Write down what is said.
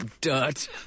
Dirt